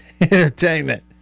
entertainment